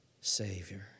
savior